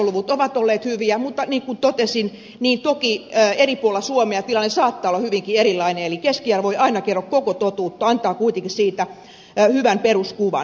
keskiarvoluvut ovat olleet hyviä mutta niin kuin totesin toki eri puolilla suomea tilanne saattaa olla hyvinkin erilainen eli keskiarvo ei aina kerro koko totuutta mutta antaa kuitenkin siitä hyvän peruskuvan